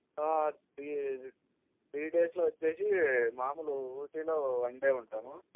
three three డేస్లో వచ్చేసి మామూలు ఊటీలో వన్ డే ఉంటాము